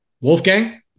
Wolfgang